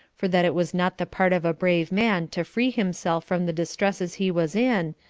for that it was not the part of a brave man to free himself from the distresses he was in,